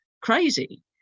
crazy